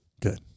Good